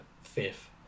fifth